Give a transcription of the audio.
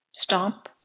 stomp